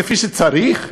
כפי שצריך?